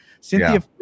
Cynthia